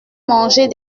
manger